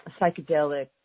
psychedelic